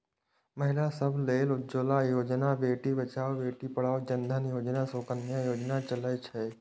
महिला सभ लेल उज्ज्वला योजना, बेटी बचाओ बेटी पढ़ाओ, जन धन योजना, सुकन्या योजना चलै छै